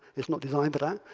it's not designed but